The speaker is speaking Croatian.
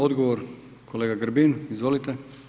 Odgovor kolega Grbin, izvolite.